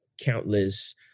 countless